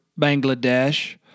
Bangladesh